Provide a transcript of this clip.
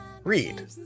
Read